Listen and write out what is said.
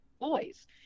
boys